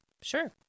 sure